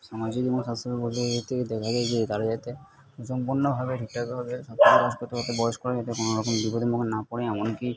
সামাজিক এবং স্বাস্থ্য বলতে দেখা যায় যে তারা যাতে সম্পূর্ণভাবে ঠিকঠাকভাবে সবকিছু বয়স্করা যাতে কোনোরকম বিপদের মুখে না পড়ে এমনকি